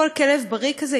כל כלב בריא כזה,